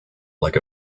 like